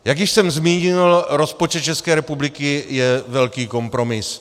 Jak již jsem zmínil, rozpočet České republiky je velký kompromis.